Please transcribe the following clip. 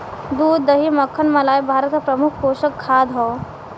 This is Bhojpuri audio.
दूध दही मक्खन मलाई भारत क प्रमुख पोषक खाद्य हौ